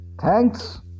Thanks